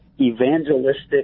evangelistic